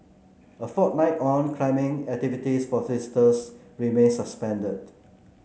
a fortnight on climbing activities for visitors remain suspended